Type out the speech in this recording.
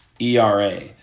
ERA